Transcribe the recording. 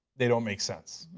they don't make sense.